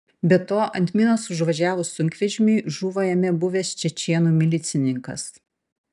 be to ant minos užvažiavus sunkvežimiui žuvo jame buvęs čečėnų milicininkas